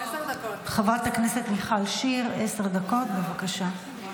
חברת הכנסת מיכל שיר, עשר דקות, בבקשה.